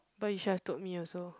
but you should've told me also